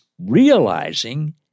realizing